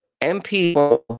MP